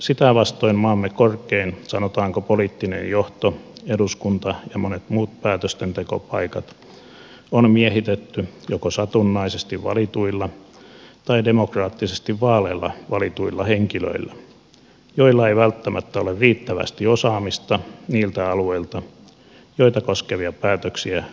sitä vastoin maamme korkein sanotaanko poliittinen johto eduskunta ja monet muut päätöstentekopaikat on miehitetty joko satunnaisesti valituilla tai demokraattisesti vaaleilla valituilla henkilöillä joilla ei välttämättä ole riittävästi osaamista niiltä alueilta joita koskevia päätöksiä he joutuvat tekemään